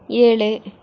ஏழு